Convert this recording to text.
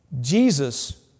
Jesus